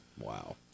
Wow